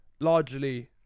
largely